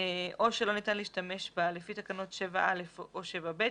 או שלא ניתן להשתמש בה לפי תקנות 7א או 7ב,